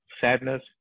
sadness